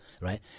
right